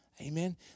Amen